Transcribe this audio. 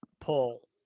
pull